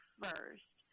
first